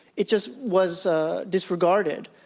it just was ah disregarded.